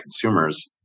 consumers